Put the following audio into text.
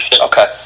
Okay